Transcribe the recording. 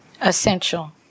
essential